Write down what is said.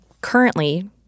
currently